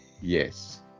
Yes